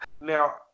Now